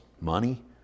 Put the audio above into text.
money